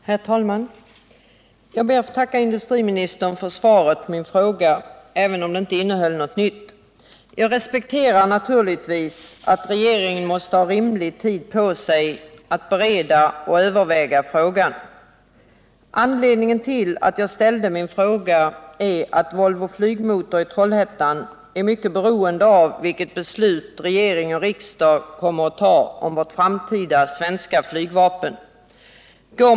Herr talman! Jag ber att få tacka industriministern för svaret på min fråga, även om det inte innehöll någonting nytt. Jag respekterar naturligtvis att regeringen tar rimlig tid på sig för att bereda och överväga frågan. Anledningen till att jag ställde min fråga är att Volvo Flygmotor i Trollhättan är mycket beroende av vilket beslut regering och riksdag kommer att fatta om vårt framtida svenska flygvapen.